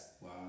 Wow